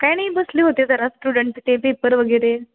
काय नाही बसले होते जरा स्टुडंटचे ते पेपर वगैरे